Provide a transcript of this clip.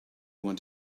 want